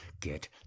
get